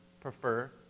prefer